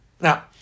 Now